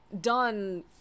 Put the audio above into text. done